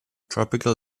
tropical